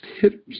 hitters